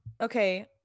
okay